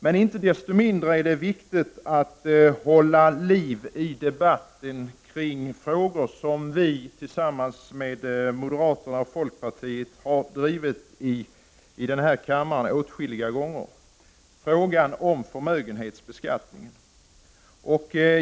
Det är inte desto mindre viktigt att hålla liv i debatten kring frågor som vi tillsammans med moderaterna och folkpartiet har drivit åtskilliga gånger i denna kammare, bl.a. frågan om förmögenhetsbeskattning.